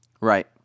right